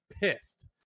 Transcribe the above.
pissed